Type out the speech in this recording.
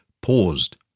paused—